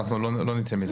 לא נצא מזה.